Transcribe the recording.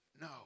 No